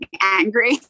angry